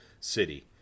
city